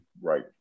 right